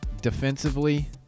Defensively